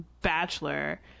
bachelor